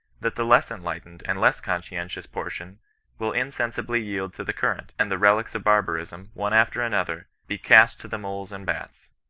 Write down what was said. that the less enlightened and less conscientious portion will insensibly yield to the current, and the relicts of barbarism, one after another, be cast to the moles and bats.